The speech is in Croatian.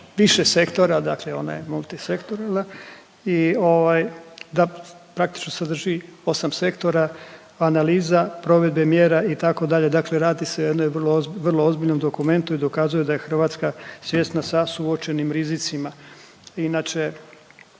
više sektora, dakle ona je multisektoralna i ovaj da praktički sadrži 8 sektora, analiza, provedbe mjera itd., dakle radi se o jednoj vrlo ozb… vrlo ozbiljnom dokumentu i dokazuje da je Hrvatska svjesna sa suočenim rizicima. Inače